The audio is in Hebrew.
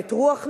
את "רוח נשית",